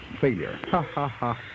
failure